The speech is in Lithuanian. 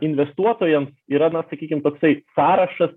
investuotojams yra na sakykim toksai sąrašas